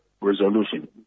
resolution